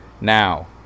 Now